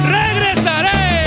regresaré